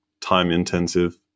time-intensive